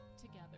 together